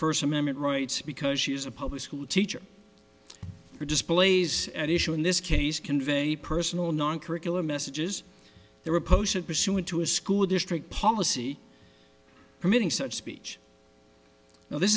first amendment rights because she is a public school teacher who displays at issue in this case convey personal non curricular messages they were posted pursuant to a school district policy permitting such speech now this